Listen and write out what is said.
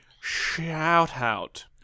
shout-out